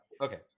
okay